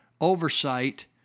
oversight